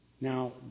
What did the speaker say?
Now